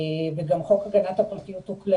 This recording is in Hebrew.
ככל